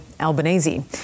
Albanese